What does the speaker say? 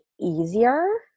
easier